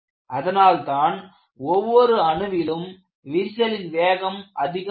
அதனால்தான் ஒவ்வொரு அணுவிலும் விரிசலின் வேகம் அதிகமாகும்